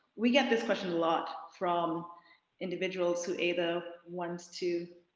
we get this question a lot from individuals who either want to